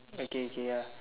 okay kay ya